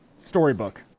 storybook